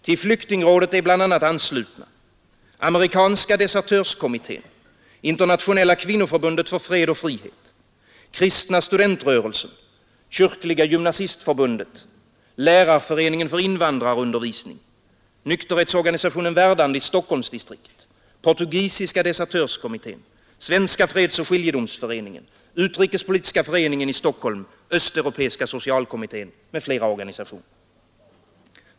Till flyktingrådet är bl.a. anslutna Amerikanska desertörskommittén, Internationella kvinnoförbundet för fred och frihet, Kristna studentrörelsen, Kyrkliga gymnasistförbundet, Lärarföreningen för invandrarundervisning, Nykterhetsorganisationen Verdandi, stockholmsdistriktet, Portugisiska desertörskommittén, Svenska fredsoch skiljedomsföreningen, Utrikespolitiska föreningen i Stockholm, Östeuropeiska socialkommittén m.fl. organisationer.